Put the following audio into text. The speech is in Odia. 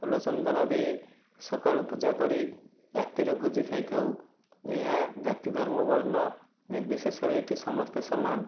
ଫୁଲଚନ୍ଦନ ଦେଇ ସକାଳୁ ପୂଜା କରି ରାତିରେ ଭୋଜି ଖାଇଥାଉ ଏହା ଜାତି ଧର୍ମ ବର୍ଣ୍ଣ ନିର୍ବିଶେଷରେ ଏ'ଠି ସମସ୍ତେ ସମାନ